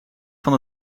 van